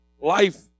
life